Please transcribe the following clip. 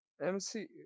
MC